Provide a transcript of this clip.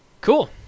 Cool